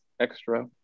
extra